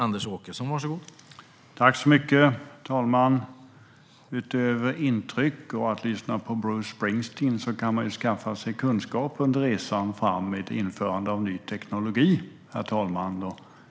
Herr talman! Utöver intryck och att lyssna på Bruce Springsteen kan man ju skaffa sig kunskap under resan mot införandet av ny teknologi.